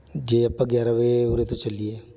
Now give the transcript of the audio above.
ਜੇ ਆਪਾਂ ਗਿਆਰਾਂ ਵਜੇ ਉਰੇ ਤੋਂ ਚੱਲੀਏ